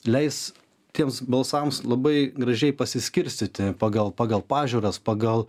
leis tiems balsams labai gražiai pasiskirstyti pagal pagal pažiūras pagal